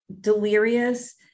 delirious